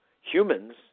humans